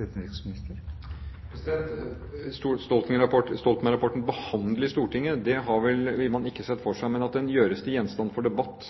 i Stortinget, det har man vel ikke sett for seg, men at den gjøres til gjenstand for debatt